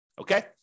okay